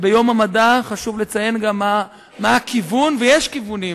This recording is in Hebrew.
ביום המדע חשוב לציין מה הכיוון, ויש כיוונים.